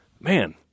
man